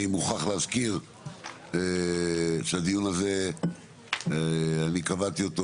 אני מוכרח להזכיר שאני קבעתי את הדיון הזה